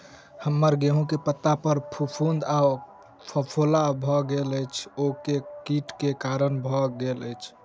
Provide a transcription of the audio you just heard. हम्मर गेंहूँ केँ पत्ता पर फफूंद आ फफोला भऽ गेल अछि, ओ केँ कीट केँ कारण भेल अछि?